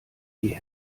die